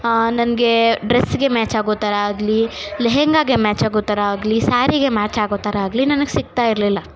ಆ ನನಗೆ ಡ್ರೆಸ್ಗೆ ಮ್ಯಾಚಾಗೊ ಥರ ಆಗಲಿ ಲೆಹೆಂಗಾಗೆ ಮ್ಯಾಚಾಗೊ ಥರ ಆಗಲಿ ಸ್ಯಾರಿಗೆ ಮ್ಯಾಚಾಗೊ ಥರ ಆಗಲಿ ನನಗೆ ಸಿಗ್ತಾ ಇರಲಿಲ್ಲ